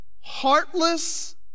heartless